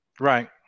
Right